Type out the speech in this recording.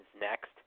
next